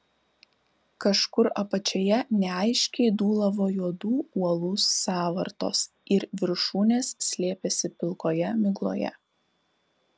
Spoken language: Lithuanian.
kažkur apačioje neaiškiai dūlavo juodų uolų sąvartos ir viršūnės slėpėsi pilkoje migloje